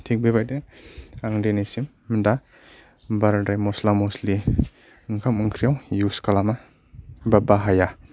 थिग बेबायदिनो आं दिनैसिम दा बाराद्राय मसला मसलि ओंखाम ओंख्रियाव इउज खालामा बा बाहाया